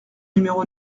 numéro